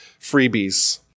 freebies